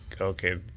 okay